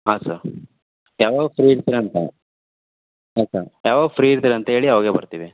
ಹಾಂ ಸರ್ ಯಾವಾಗ ಫ್ರೀ ಇರ್ತೀರ ಅಂತ ಹಾಂ ಸರ್ ಯಾವಾಗ ಫ್ರೀ ಇರ್ತೀರ ಅಂತ ಹೇಳಿ ಆವಾಗೇ ಬರ್ತೀವಿ